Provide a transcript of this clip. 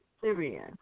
Syrian